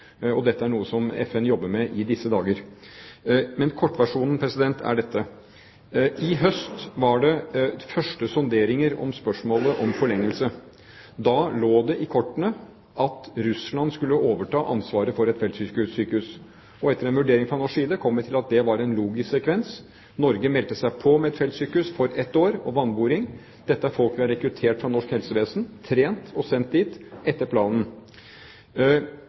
Dette er noe som FN jobber med i disse dager. Men kortversjonen er dette: I høst var de første sonderingene om spørsmålet om forlengelse. Da lå det i kortene at Russland skulle overta ansvaret for et feltsykehus. Etter en vurdering fra norsk side kom vi til at det var en logisk sekvens. Norge meldte seg på med et feltsykehus for ett år og vannboring. Dette er folk vi har rekruttert fra norsk helsevesen, trent og sendt dit etter planen.